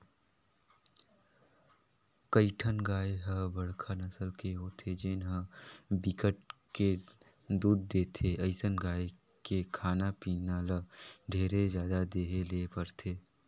कइठन गाय ह बड़का नसल के होथे जेन ह बिकट के दूद देथे, अइसन गाय के खाना पीना ल ढेरे जादा देहे ले परथे